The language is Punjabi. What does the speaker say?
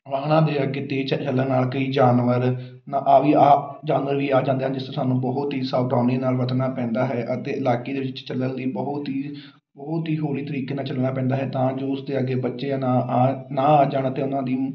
ਵਾਹਨਾਂ ਦੇ ਅੱਗੇ ਤੇਜ਼ ਚੱਲਣ ਨਾਲ ਕਈ ਜਾਨਵਰ ਨਾ ਆ ਵੀ ਆ ਜਾਨਵਰ ਵੀ ਆ ਜਾਂਦੇ ਹਨ ਜਿਸ ਨਾਲ ਸਾਨੂੰ ਬਹੁਤ ਹੀ ਸਾਵਧਾਨੀ ਨਾਲ ਵਧਣਾ ਪੈਂਦਾ ਹੈ ਅਤੇ ਇਲਾਕੇ ਦੇ ਵਿੱਚ ਚੱਲਣ ਦੀ ਬਹੁਤ ਹੀ ਬਹੁਤ ਹੀ ਹੌਲੀ ਤਰੀਕੇ ਨਾਲ ਚੱਲਣਾ ਪੈਂਦਾ ਹੈ ਤਾਂ ਜੋ ਉਸ ਦੇ ਅੱਗੇ ਬੱਚੇ ਨਾ ਆ ਨਾ ਆ ਜਾਣ ਅਤੇ ਉਹਨਾਂ ਦੀ